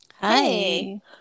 Hi